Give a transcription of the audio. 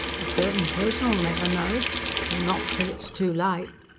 a certain person'll never know or not till it's too late.